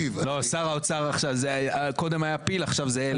שר האוצר קודם היה פיל, עכשיו זה Elephant.